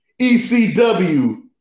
ECW